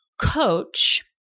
coach